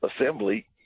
assembly